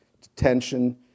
detention